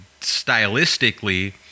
stylistically